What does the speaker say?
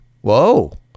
whoa